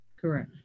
correct